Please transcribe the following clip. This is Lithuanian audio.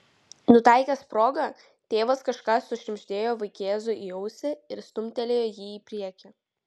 nutaikęs progą tėvas kažką sušnibždėjo vaikėzui į ausį ir stumtelėjo jį į priekį